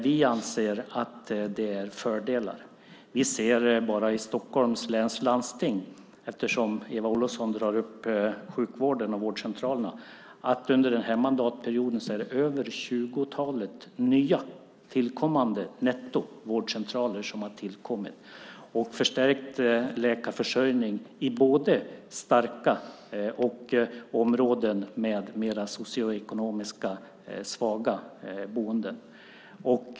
Vi anser att det finns fördelar. Vi ser bara i Stockholms läns landsting - Eva Olofsson tar ju upp sjukvården och vårdcentralerna - att det under den här mandatperioden är över tjugotalet nya vårdcentraler, netto, som har tillkommit och förstärkt läkarförsörjningen i både starka områden och områden med mer socioekonomiskt svaga boenden.